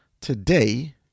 Today